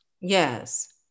Yes